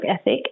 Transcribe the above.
ethic